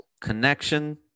Connection